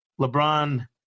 LeBron